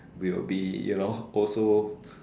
will be you know also